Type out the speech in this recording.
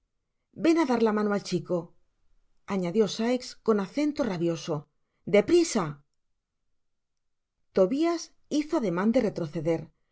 ven á dar la mano al chico añadió sikes con acento rabioso de prisa tobias hizo ademan de retroceder